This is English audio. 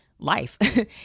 Life